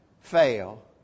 fail